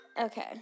okay